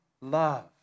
love